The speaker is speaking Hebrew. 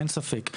אין ספק.